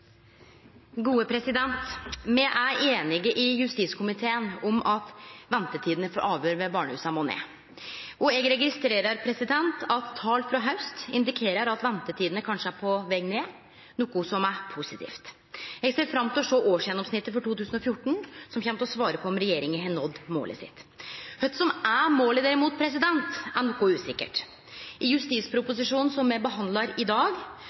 einige om at ventetidene for avhøyr ved barnehusa må ned, og eg registrerer at tal frå i haust indikerer at ventetidene kanskje er på veg ned, noko som er positivt. Eg ser fram til å sjå årsgjennomsnittet for 2014, som kjem til å gje svar på om regjeringa har nådd målet sitt. Kva som er målet, er derimot noko usikkert. I justisproposisjonen, som me behandlar i dag,